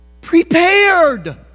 prepared